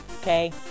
okay